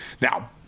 Now